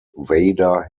vader